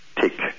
take